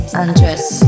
undress